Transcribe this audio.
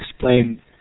Explain